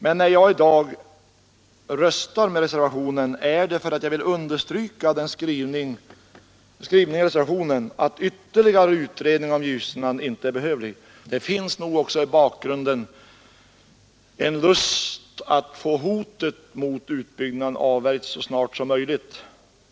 Men när jag i dag röstar med reservationen, är det för att jag vill understryka skrivningen i reservationen att ytterligare utredning om Ljusnan inte är behövlig. Det finns nog också i bakgrunden en lust att få hotet om utbyggnad avvärjt så snart som möjligt.